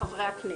לחברי הכנסת.